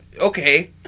Okay